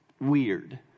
weird